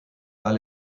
pas